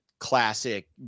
classic